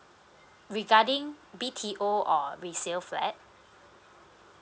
regarding B_T_O or resale flat